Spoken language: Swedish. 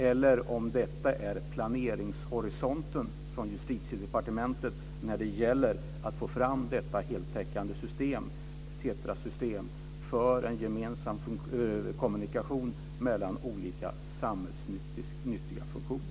Är detta planeringshorisonten från Justitiedepartementets sida när det gäller att få fram detta heltäckande TETRA-system för en gemensam kommunikation mellan olika samhällsnyttiga funktioner?